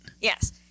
Yes